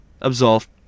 absolved